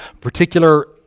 particular